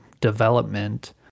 development